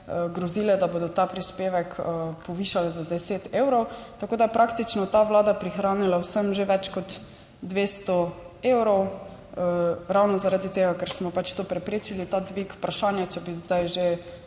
grozile, da bodo ta prispevek povišale za 10 evrov. Tako da je praktično ta vlada prihranila vsem že več kot 200 evrov. Ravno, zaradi tega, ker smo pač to preprečili, ta dvig vprašanja. Če bi zdaj že